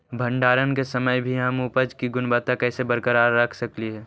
भंडारण के समय भी हम उपज की गुणवत्ता कैसे बरकरार रख सकली हे?